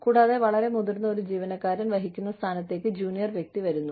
കൂടാതെ വളരെ മുതിർന്ന ഒരു ജീവനക്കാരൻ വഹിക്കുന്ന സ്ഥാനത്തേക്ക് ജൂനിയർ വ്യക്തി വരുന്നു